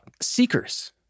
Seekers